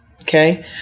Okay